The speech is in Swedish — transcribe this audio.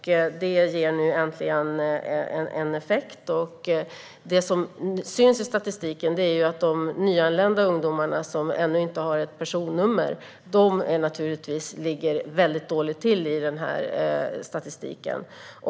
Det ger nu äntligen effekt. Det som syns i statistiken är att de nyanlända ungdomar som ännu inte har ett personnummer naturligtvis ligger väldigt dåligt till.